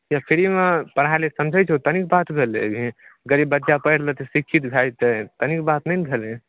free मे पढ़ै ले समझै छो तनि बात भेलै एहि गरीब बच्चा पढ़ि लेतै शिक्षित भए जेतै तनि बात नहि ने भेलै